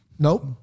Nope